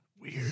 Weird